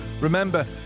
Remember